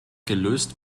gelöst